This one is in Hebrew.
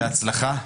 בהצלחה.